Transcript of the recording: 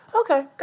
okay